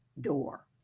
door